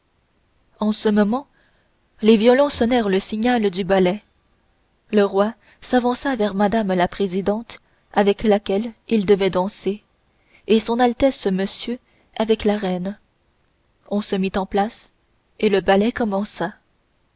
en ce moment les violons sonnèrent le signal du ballet le roi s'avança vers mme la présidente avec laquelle il devait danser et s a r monsieur avec la reine on se mit en place et le ballet commença